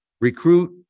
recruit